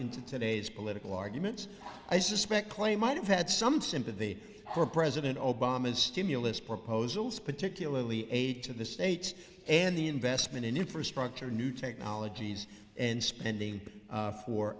into today's political arguments i suspect clay might have had some sympathy for president obama's stimulus proposals particularly aid to the states and the investment in infrastructure new technologies and spending